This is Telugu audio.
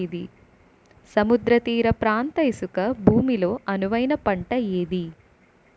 సముద్ర తీర ప్రాంత ఇసుక భూమి లో అనువైన పంట ఏది?